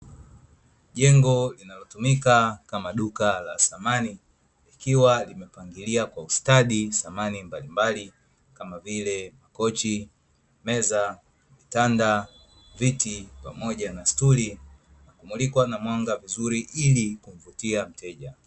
Jengo linalotumika kama duka la samani likiwa limepangilia kwa ustadi samani mbalimbali, kama vile kochi, meza, vitanda, viti pamoja na stuli, vikimulikwa na mwanga mzuri ili kumvutia mteja.